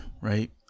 right